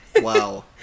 Wow